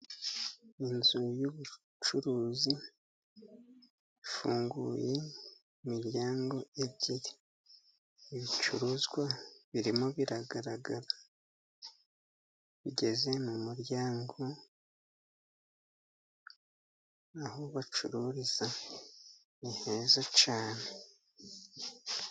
Inzu y'ubucuruzi ifunguye imiryango ibiri, ibicuruzwa birimo biragaragara bigeze mu muryango, aho bacururiza ni heza cyane.